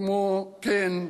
וכמו כן,